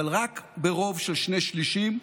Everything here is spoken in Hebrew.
אבל רק ברוב של שני שלישים,